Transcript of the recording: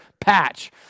patch